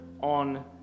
on